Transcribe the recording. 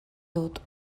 dut